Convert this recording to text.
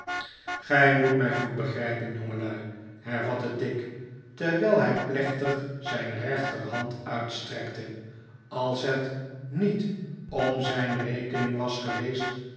gij moet mij goed begrijpen jongelui hervatte tigg terwijl hij plechtig zijn rechterhand uitstrekte als het niet om zijn rekening was geweest